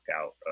out